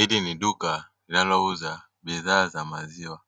Ili ni duka linalouza bidhaa za maziwa